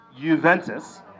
Juventus